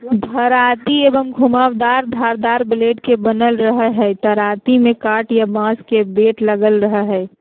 दरांती एक घुमावदार धारदार ब्लेड के बनल रहई हई दरांती में काठ या बांस के बेट लगल रह हई